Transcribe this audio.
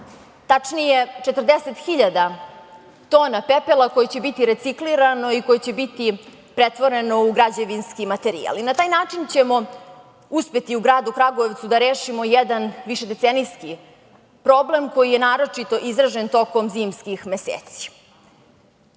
tačnije 40.000 tona pepela koji će biti recikliran i koje će biti pretvoren u građevinski materijal i na taj način ćemo uspeti u gradu Kragujevcu da rešimo jedan višedecenijski problem, koji je naročito izražen tokom zimskih meseci. Sve